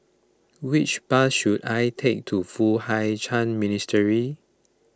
which bus should I take to Foo Hai Ch'an Minastery